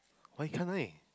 why can't I